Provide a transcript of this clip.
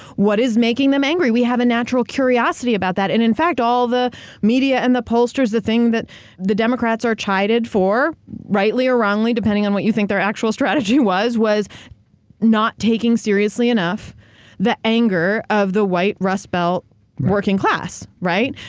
what is making them angry? we have a natural curiosity about that. and in fact, all the media and the pollsters, the things that the democrats are chided for rightly or wrongly depending on what you think their actual strategy was, was not taking seriously enough the anger of the white rust belt working class. right?